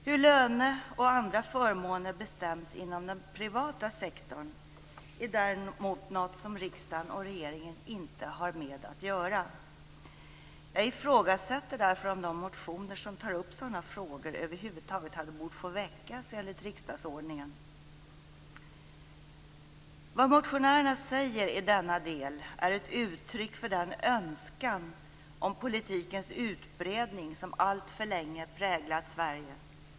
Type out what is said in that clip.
Hur löne och andra förmåner bestäms inom den privata sektorn, är däremot något som riksdagen och regeringen inte har något med att göra. Jag ifrågasätter därför om de motioner som tar upp sådana frågor över huvud taget borde ha få väckas enligt riksdagsordningen. Vad motionärerna säger i denna del är ett uttryck för den önskan om politikens utbredning som alltför länge präglat Sverige.